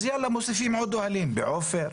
אז יאללה, מוסיפים עוד אוהלים בעופר,